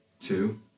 two